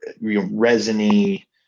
resiny